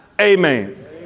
Amen